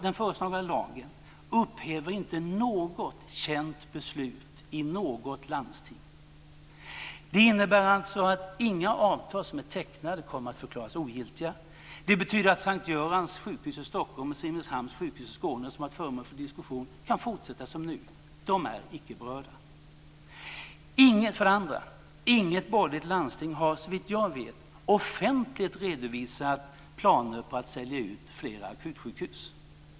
Den föreslagna lagen upphäver inte något känt beslut i något landsting. Det innebär alltså att inga avtal som är tecknade kommer att förklaras ogiltiga. Det betyder att S:t Görans sjukhus i Stockholm och Simrishamns sjukhus i Skåne, som också varit föremål för diskussion, kan fortsätta som nu. De är icke berörda. Inget borgerligt landsting har, såvitt jag vet, offentligt redovisat några planer att sälja ut fler akutsjukhus.